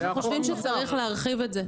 אנחנו חושבים שצריך להרחיב את זה.